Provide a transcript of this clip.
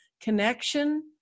connection